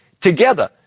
together